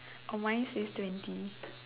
oh mine says twenty